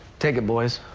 take it, boys.